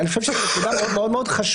אני חושב שזו נקודה מאוד מאוד חשובה,